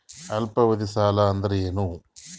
ಅಲ್ಪಾವಧಿ ಸಾಲ ಅಂದ್ರ ಏನು?